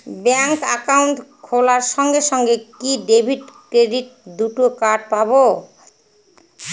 Bank account খোলার সঙ্গে সঙ্গে কি ডেবিট ক্রেডিট দুটো কার্ড পাবো?